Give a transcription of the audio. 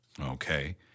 Okay